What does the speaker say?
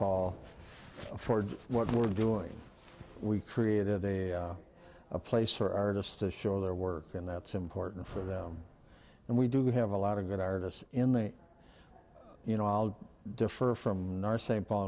paul for what we're doing we created a place for artists to show their work and that's important for them and we do have a lot of good artists in the you know i'll defer from sa